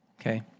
okay